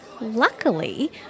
Luckily